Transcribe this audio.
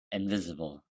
invisible